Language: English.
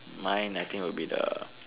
mine I think would be the